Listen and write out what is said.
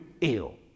ill